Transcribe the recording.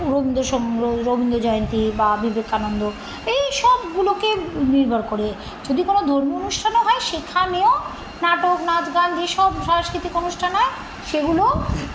রবীন্দ স রবীন্দ্র জয়ন্তী বা বিবেকানন্দ এই সবগুলোকে নির্ভর করে যদি কোনো ধর্মীয় অনুষ্ঠানও হয় সেখানেও নাটক নাচ গান যেসব সাংস্কৃতিক অনুষ্ঠান হয় সেগুলোও